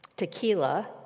Tequila